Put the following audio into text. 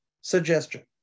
suggestion